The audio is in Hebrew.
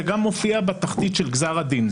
זה גם מופיע בתחתית של גזר הדין.